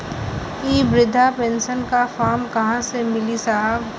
इ बृधा पेनसन का फर्म कहाँ मिली साहब?